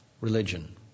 religion